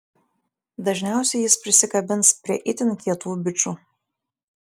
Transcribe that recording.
dažniausiai jis prisikabins prie itin kietų bičų